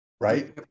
right